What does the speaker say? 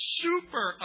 super